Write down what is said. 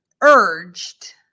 urged